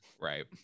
Right